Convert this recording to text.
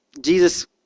Jesus